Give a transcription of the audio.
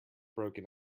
broken